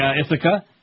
Ithaca